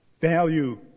value